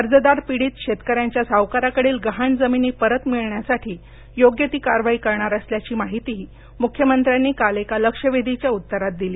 कर्जदार पिडीत शेतकऱ्यांच्या सावकाराकडील गहाण जमिनी परत मिळण्यासाठी योग्य ती कारवाई करणार असल्याची माहितीही मुख्यमंत्र्यांनी काल एका लक्ष्यवेधीच्या उत्तरात दिली